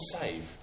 save